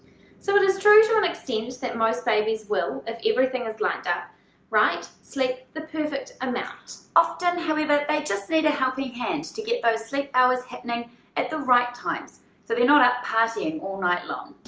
so it is true to an extent that most babies will, if everything is lined up right, sleep the perfect amount. often however they just need a helping hand to get those sleep hours happening at the right times so they're not up partying all night long!